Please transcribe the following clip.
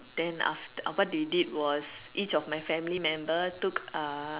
then after what they did was each of my family member took uh